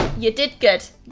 you did good.